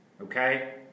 okay